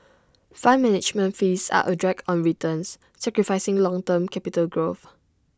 fund management fees are A drag on returns sacrificing long term capital growth